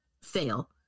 fail